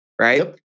right